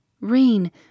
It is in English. Rain